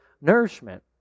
nourishment